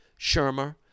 Shermer